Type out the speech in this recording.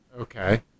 Okay